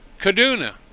Kaduna